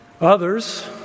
Others